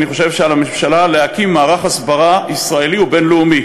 אני חושב שעל הממשלה להקים מערך הסברה ישראלי ובין-לאומי